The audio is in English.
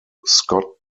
scot